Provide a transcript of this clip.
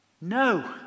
no